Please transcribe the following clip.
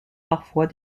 parfois